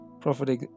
Prophet